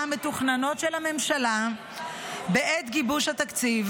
המתוכננות של הממשלה בעת גיבוש התקציב,